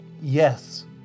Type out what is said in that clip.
Yes